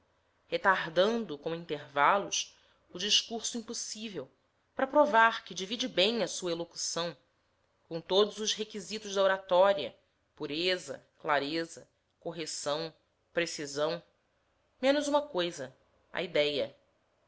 retardando com intervalos o discurso impossível para provar que divide bem a sua elocução com todos os requisitos da oratória pureza clareza correção precisão menos uma coisa a idéia